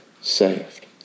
saved